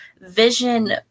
vision